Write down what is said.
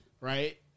right